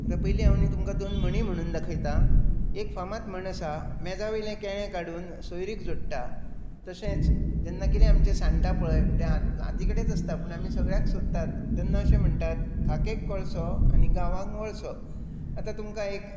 आतां पयलीं हांव नी तुमकां दोन म्हणी म्हणून दाखयतां एक फामाद म्हण आसा मेजा वयलें केळें काडून सोयरीक जोडटा तशेंच जेन्ना आमचें कितें सांडटा पळय तें हाती कडेकच आसता पूण आमी सगल्याक सोदता तेन्ना अशें म्हणटात खाखेक कोळसो गांवांक वळसो आतां तुमकां एक